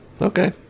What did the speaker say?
Okay